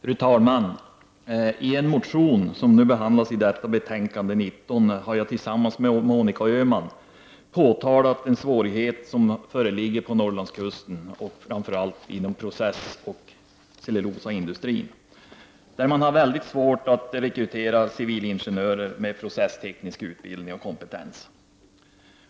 Fru talman! I en motion, som behandlas i utbildningsutskottets betänkande 19, har jag tillsammans med Monica Öhman påtalat en svårighet som föreligger på Norrlandskusten och framför allt inom processoch cellulosaindustrin, som har väldigt svårt att rekrytera civilingenjörer med processteknisk utbildning och kompetens.